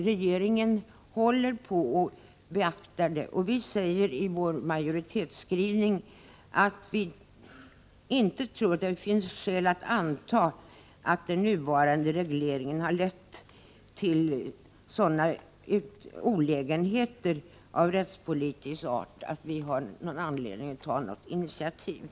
Regeringen beaktar emellertid utredningens förslag, och vi säger i majoritetens skrivning att vi inte tror att det finns skäl att anta att den nuvarande regleringen har lett till sådana olägenheter av rättspolitisk art att vi har anledning att ta något initiativ.